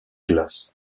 glace